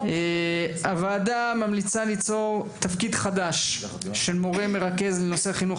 הוועדה ממליצה ליצור תפקיד חדש של מורה מרכז לנושא החינוך